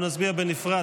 אנחנו נצביע בנפרד.